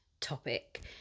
topic